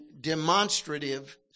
demonstrative